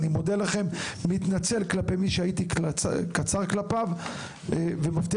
אני מודה לכם ומתנצל למי שהייתי קצר כלפיו ומבטיח